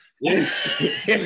Yes